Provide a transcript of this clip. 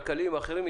כלכלים ואחרים,